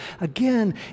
again